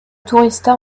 tourista